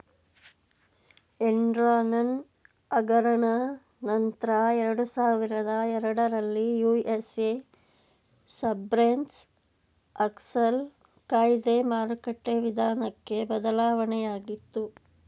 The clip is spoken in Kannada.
ಎನ್ರಾನ್ ಹಗರಣ ನಂತ್ರ ಎರಡುಸಾವಿರದ ಎರಡರಲ್ಲಿ ಯು.ಎಸ್.ಎ ಸರ್ಬೇನ್ಸ್ ಆಕ್ಸ್ಲ ಕಾಯ್ದೆ ಮಾರುಕಟ್ಟೆ ವಿಧಾನಕ್ಕೆ ಬದಲಾವಣೆಯಾಗಿತು